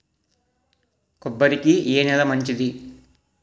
కొబ్బరి కి ఏ నేల మంచిది?